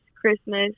Christmas